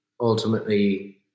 ultimately